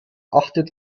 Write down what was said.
achtet